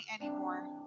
anymore